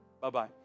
Bye-bye